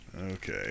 Okay